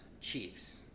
Chiefs